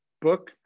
book